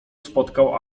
spotkał